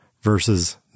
versus